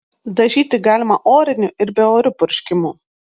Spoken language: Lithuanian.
dažyti galima oriniu ir beoriu purškimu